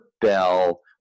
Bell